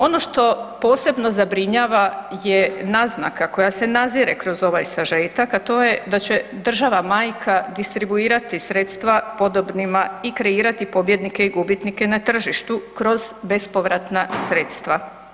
Ono što posebno zabrinjava je naznaka koja se nadzire kroz ovaj sažetak a to je da će država majka distribuirati sredstva podobnima i kreirati pobjednike i gubitnike na tržištu kroz bespovratna sredstva.